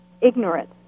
ignorance